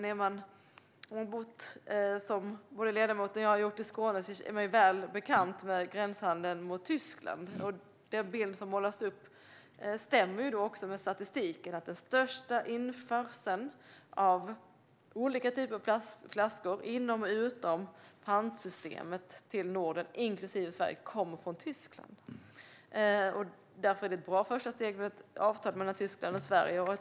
Har man som både ledamoten och jag bott i Skåne är man väl bekant med gränshandeln mot Tyskland. Den bild som målas upp stämmer också med statistiken. Den största införseln av olika typer av plastflaskor inom och utom pantsystemet till Norden inklusive Sverige kommer från Tyskland. Därför är det ett bra första steg med ett avtal mellan Tyskland och Sverige.